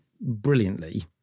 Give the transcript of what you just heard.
brilliantly